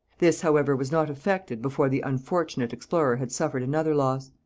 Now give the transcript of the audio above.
this, however, was not effected before the unfortunate explorer had suffered another loss.